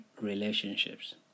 relationships